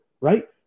right